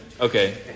Okay